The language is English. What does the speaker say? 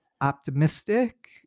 optimistic